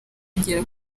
kugera